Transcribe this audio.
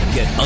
Get